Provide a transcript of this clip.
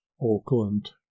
Oakland